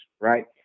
right